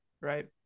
right